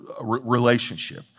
relationship